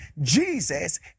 Jesus